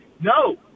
no